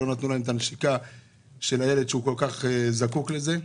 לא נתנו נשיקה לילד שכל כך זקוק לזה.